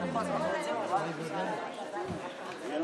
חברות וחברי הכנסת, אנא,